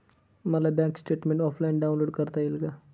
मला bank statement offline download करता येईल का?